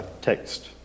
text